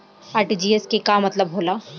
RTGS के का मतलब होला?